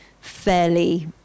fairly